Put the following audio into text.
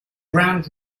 ground